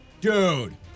dude